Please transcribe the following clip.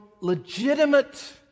legitimate